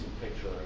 picture